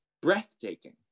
breathtaking